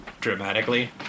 dramatically